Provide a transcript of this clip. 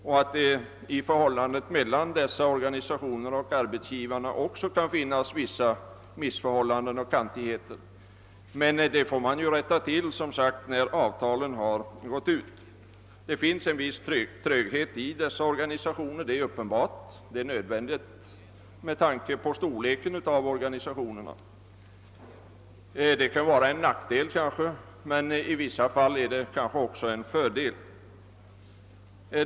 Det kan också i relationerna mellan .dessa organisationer och arbetsgivarna förekomma vissa missförhållan den. Men sådant får man som sagt rätta till när avtalet löpt ut. Det finns en viss tröghet i dessa organisationer — det är uppenbart och det är ofrånkomligt med tanke på organisationernas storlek. Detta kan vara till nackdel, men i vissa avseenden kan det vara till fördel.